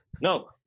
No